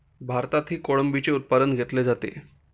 भारतातही कोळंबीचे उत्पादन घेतले जाते